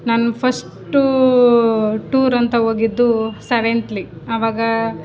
ನಾನು first tour ಅಂತ ಹೋಗಿದ್ದು ಸೆವೆಂತಲ್ಲಿ ಅವಾಗ